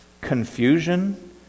Confusion